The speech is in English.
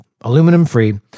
Aluminum-free